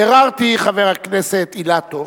ביררתי, חבר הכנסת אילטוב,